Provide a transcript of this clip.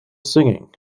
singing